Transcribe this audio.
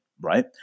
right